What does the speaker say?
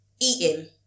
eating